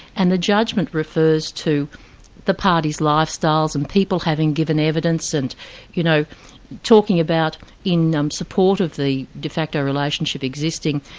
and the judgment refers to the parties' lifestyles and people having given evidence, and you know talking about in um support of the de facto relationship existing,